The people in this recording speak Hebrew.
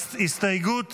הסתייגות